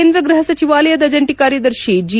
ಕೇಂದ್ರ ಗೃಹ ಸಚಿವಾಲಯದ ಜಂಟ ಕಾರ್ಯದರ್ಶಿ ಜಿ